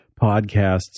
podcasts